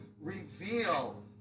reveal